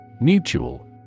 Mutual